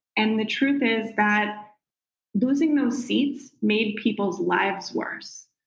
and the truth is that losing those seats made people's lives worse.